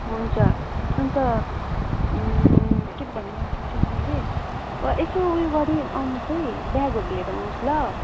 हुन्छ अन्त के भन्नु आँटेको थिएँ मैले यसो ऊ यो गरी आउनुहोस् है ब्यागहरू लिएर आउनुहोस् ल